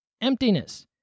Emptiness